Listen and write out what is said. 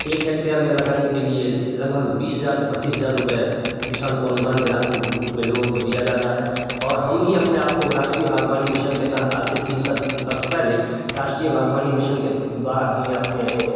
एक हेक्टेयर में लगाने के लिए लगभग बीस हज़ार से पच्चीस हज़ार रुपये किसान को अनुदान के राशि रूप में लोगों को दिया जाता है और हम भी अपने आप को राष्ट्रीय बागवानी मिशन के तहत आज से तीन सर्त बर्ष पहले राष्ट्रीय बागवानी मिशन के द्वारा हमने अपने